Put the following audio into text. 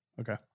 Okay